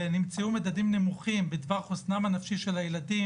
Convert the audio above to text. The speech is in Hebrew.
ונמצאו מדדים נמוכים בדבר חוסנם הנפשי של הילדים,